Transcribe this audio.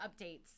updates